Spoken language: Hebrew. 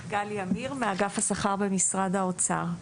אני מאגף השכר במשרד האוצר.